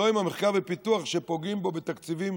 לא עם המחקר ופיתוח שפוגעים בו בתקציבים